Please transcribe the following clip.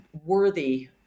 worthy